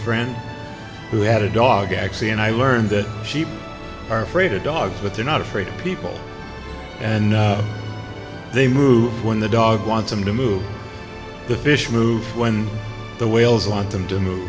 friend who had a dog actually and i learned that sheep are afraid of dogs but they're not afraid of people and they move when the dog wants them to move the fish move when the whales want them to move